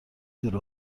دور